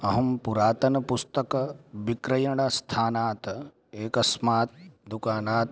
अहं पुरातनपुस्तकविक्रयणस्थानात् एकस्मात् दुकानात्